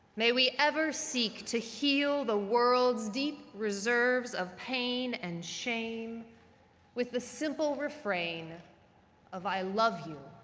may we ever seek to heal the world's deep reserves of pain and shame with the simple refrain of i love you,